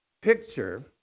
picture